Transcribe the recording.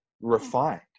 refined